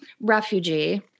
refugee